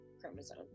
chromosome